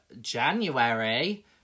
january